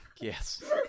yes